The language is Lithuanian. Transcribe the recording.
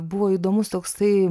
buvo įdomus toksai